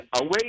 away